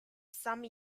some